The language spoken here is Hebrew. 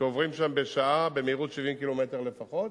שעוברים שם בשעה, במהירות 70 קילומטר לפחות.